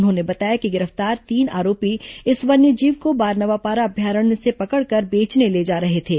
उन्होंने बताया कि गिर फ्तार तीन आरोपी इस वन्यजीव को बारनवापारा अभयारण्य से पकड़कर बेचने ले जा रहे थे